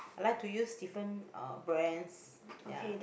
I like to use different uh brands ya